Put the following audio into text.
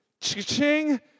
ching